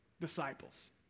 disciples